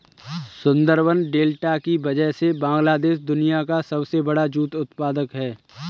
Sundarban delta की वजह से बांग्लादेश दुनिया का सबसे बड़ा जूट उत्पादक है